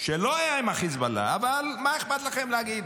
שלא היה עם החיזבאללה, אבל מה אכפת לכם להגיד?